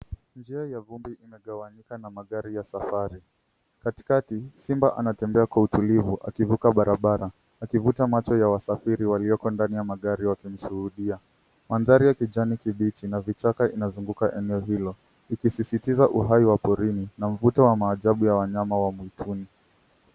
Njia ya vumbi inagawanyika na magari ya Savanna. Katikati simba anatembea kwa utulivu akivuka barabara. Akivuta macho ya wasafiri walioko ndani ya magari wakimshuhudia maadhari ya kijani kibichi na vichaka vinazugunguka eneo hilo ikisisitiza uhai wa porini na mvuto wa maajabu wa wanyama wa mwituni.